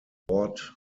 lord